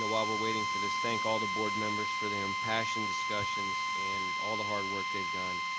and while we're waiting for this, thank all the board members for their impassioned discussions and all the hard work they've done.